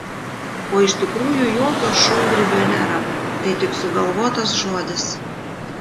o iš tikrųjų jokio šungrybio nėra tai tik sugalvotas žodis